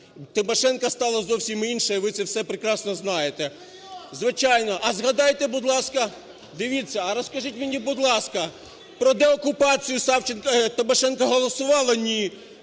Тимошенко стала зовсім інша, і ви це все прекрасно знаєте. Звичайно! А згадайте, будь ласка, дивіться, а розкажіть мені, будь ласка, про деокупацію Тимошенко голосувала? Ні.